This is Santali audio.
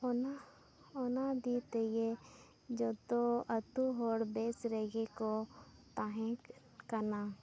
ᱚᱱᱟ ᱚᱱᱟ ᱫᱤ ᱛᱮᱜᱮ ᱡᱚᱛᱚ ᱟᱹᱛᱩ ᱦᱚᱲ ᱵᱮᱥ ᱨᱮᱜᱮ ᱠᱚ ᱛᱟᱦᱮᱸ ᱠᱟᱱᱟ